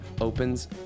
opens